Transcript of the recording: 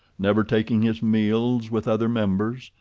never taking his meals with other members,